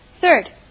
third